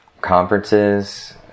conferences